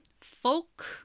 folk